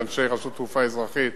ואנשי רשות תעופה אזרחית,